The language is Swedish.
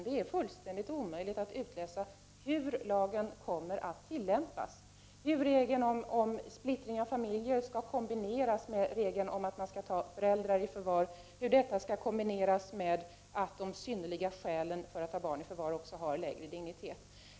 Det är fullständigt omöjligt att utläsa hur lagen kommer att tillämpas, dvs. hur regeln om splittring av familjer skall kombineras med regeln om att man skall ta föräldrar i förvar och hur detta skall kombineras med att de synnerliga skälen för att ta barn i förvar också har lägre dignitet.